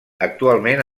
actualment